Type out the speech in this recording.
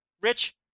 rich